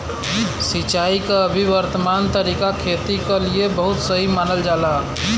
सिंचाई क अभी वर्तमान तरीका खेती क लिए बहुत सही मानल जाला